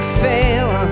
fail